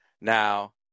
Now